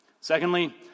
Secondly